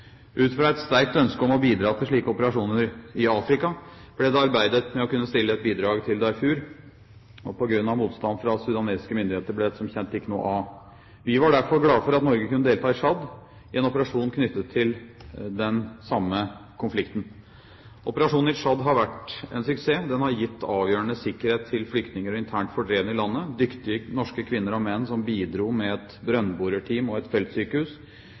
Ut fra et sterkt ønske om å bidra til slike operasjoner i Afrika ble det arbeidet med å kunne stille et bidrag til Darfur. På grunn av motstand fra sudanske myndigheter ble dette som kjent ikke noe av. Vi var derfor glade for at Norge kunne delta i Tsjad, i en operasjon knyttet til den samme konflikten. Operasjonen i Tsjad har vært en suksess. Den har gitt avgjørende sikkerhet til flyktninger og internt fordrevne i landet. Dyktige norske kvinner og menn som bidro med et brønnborerteam og et feltsykehus,